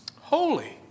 Holy